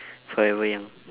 forever young